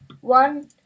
one